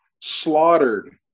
slaughtered